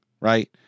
right